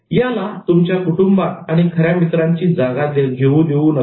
याला तुमच्या कुटुंबात आणि खऱ्या मित्रांची जागा घेऊ देऊ नका